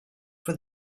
for